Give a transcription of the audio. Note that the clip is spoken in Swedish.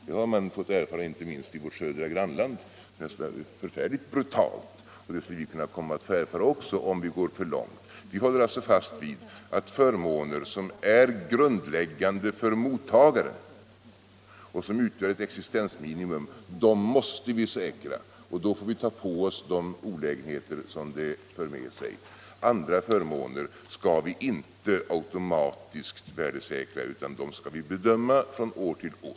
Det har man inte minst i vårt södra grannland fått erfara på ett brutalt sätt, och det skulle vi i Sverige kunna få erfara också, om vi går för långt. Vi moderater håller alltså fast vid att förmåner som är grundläggande för mottagaren och som utgör ett existensminimum måste säkras, och då får vi ta på oss de olägenheter som det för med sig. Andra förmåner skall vi inte automatiskt värdesäkra, utan dem skall vi bedöma från år till år.